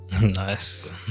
nice